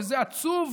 וזה עצוב